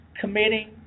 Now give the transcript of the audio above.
committing